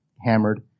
hammered